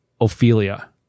Ophelia